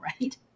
right